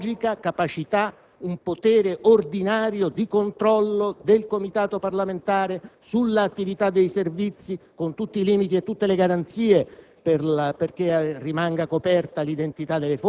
deve esserci una fisiologica capacità, un potere ordinario di controllo del Comitato parlamentare sull'attività dei Servizi, con tutte le garanzie